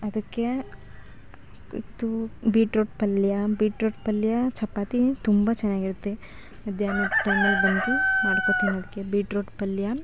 ಅದಕ್ಕೆ ಇತ್ತೂ ಬೀಟ್ರೋಟ್ ಪಲ್ಯ ಬೀಟ್ರೋಟ್ ಪಲ್ಯ ಚಪಾತಿ ತುಂಬ ಚೆನ್ನಾಗಿರುತ್ತೆ ಮಧ್ಯಾಹ್ನದ್ ಟೈಮಿಗೆ ಬಂದು ಮಾಡ್ಕೋತಿನ್ನೋಕೆ ಬೀಟ್ರೋಟ್ ಪಲ್ಯ